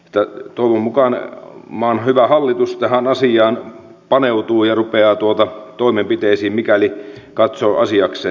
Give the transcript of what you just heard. että toivon mukaan maan hyvä hallitus tähän asiaan paneutuu ja rupeaa toimenpiteisiin mikäli katsoo asiakseen